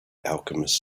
alchemist